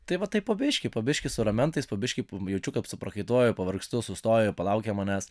tai va taip po biškį po biškį su ramentais po biškį jaučiu kad suprakaituoju pavargstu sustoju palaukia manęs